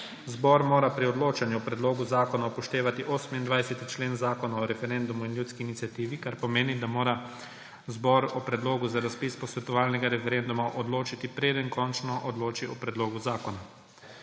Zbor mora pri odločanju o predlogu zakona upoštevati 28. člen Zakona o referendumu in ljudski iniciativi, kar pomeni, da mora zbor o predlogu za razpis posvetovalnega referenduma odločiti, preden končno odloči o predlogu zakona.